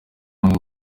amwe